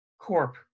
Corp